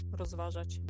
rozważać